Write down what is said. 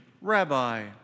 Rabbi